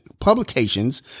publications